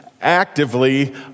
actively